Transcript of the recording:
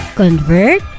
convert